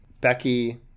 Becky